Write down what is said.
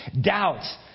doubts